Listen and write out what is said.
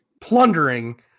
plundering